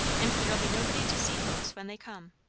and there'll be nobody to see folks when they come.